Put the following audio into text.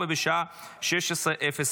אפס